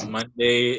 Monday